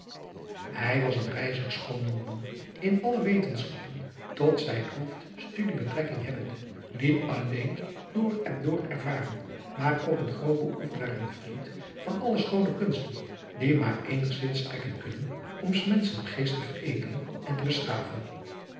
ij was een rijzig schoon jongman in alle wetenschappen tot zijhoofdstudie betrekking hebbende niet alleen door en door ervaren maar ook een groot beoefenaar en vriend van alle schoone kunsten die maar eenigzins strekken kunnen om s menschen geest te veredelen en te beschaven